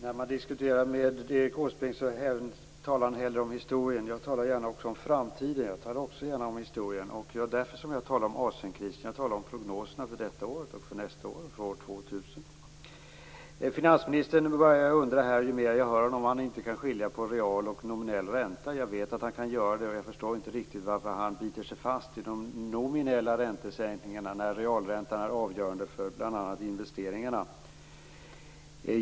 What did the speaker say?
Fru talman! Erik Åsbrink talar hellre om historien. Jag talar gärna om framtiden. Men jag kan också tala om historien. Det var därför som jag talade om Asienkrisen, om prognoserna för detta år, nästa år och år Ju mer jag hör av finansministern undrar jag om han inte kan skilja mellan nominell och real ränta. Jag vet att han kan göra det, men jag förstår inte riktigt varför han biter sig fast i de nominella räntesäkningarna när realräntan är avgörande för bl.a. investeringarna.